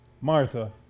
martha